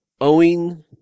owing